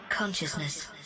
consciousness